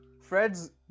Fred's